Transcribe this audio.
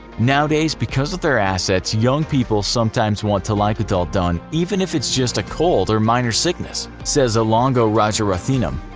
nowadays, because of their assets, young people sometimes want thalaikoothal like done done even if it's just a cold or minor sickness, says elango rajarathinam,